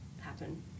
happen